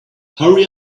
hurry